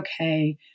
okay